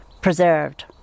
preserved